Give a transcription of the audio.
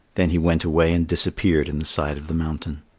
then he went away and disappeared in the side of the mountain.